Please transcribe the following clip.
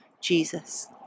Jesus